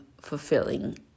fulfilling